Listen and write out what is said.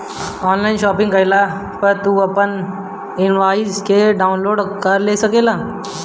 online shopping कईला पअ तू अपनी इनवॉइस के डाउनलोड कअ सकेला